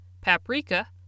paprika